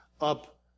up